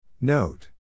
Note